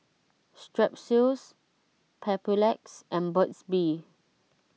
Strepsils Papulex and Burt's Bee